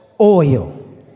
oil